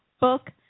Book